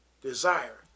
Desire